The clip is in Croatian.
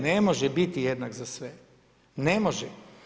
Ne može bit jednak za sve, ne može.